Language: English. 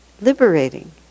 liberating